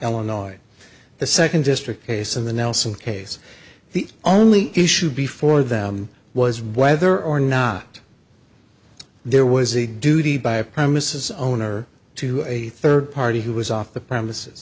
illinois the second district case in the nelson case the only issue before them was whether or not there was a duty by a promise owner to a third party who was off the premises